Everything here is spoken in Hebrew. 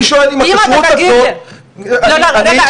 אני שואל אם הכשרות הזאת --- לא, רגע,